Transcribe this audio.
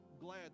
glad